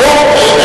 ברור.